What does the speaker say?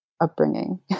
upbringing